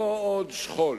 לא עוד שכול,